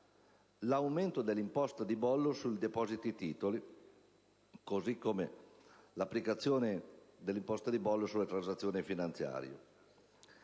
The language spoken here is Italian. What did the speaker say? l'aumento dell'imposta di bollo sui depositi titoli, così come l'applicazione dell'imposta di bollo sulle transazioni finanziarie.